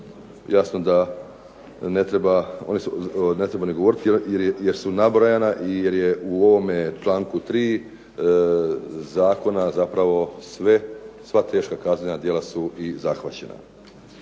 jasno da ne treba ni govoriti jer su nabrojana i jer je u ovome članku 3. zakona zapravo sve, sva teška kaznena djela su i zahvaćena.